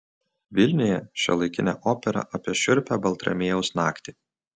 vilniuje šiuolaikinė opera apie šiurpią baltramiejaus naktį